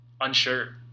unsure